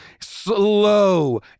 slow